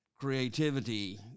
creativity